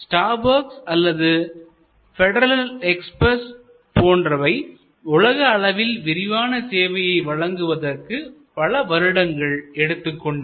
Starbucks அல்லது Federal Express போன்றவை உலக அளவில் விரிவான சேவையை வழங்குவதற்கு பல வருடங்களை எடுத்துக் கொண்டன